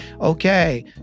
okay